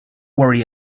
worry